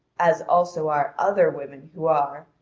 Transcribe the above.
as also are other women who are,